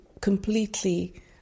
completely